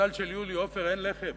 בסל של יולי עופר אין לחם.